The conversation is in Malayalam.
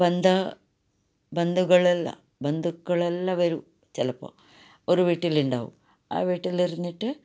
ബന്ധ ബന്ധുക്കളെല്ലാം ബന്ധുക്കളെല്ലാവരും ചിലപ്പോൾ ഒരു വീട്ടിലുണ്ടാവും ആ വീട്ടിലിരുന്നിട്ട്